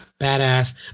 Badass